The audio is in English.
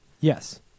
Yes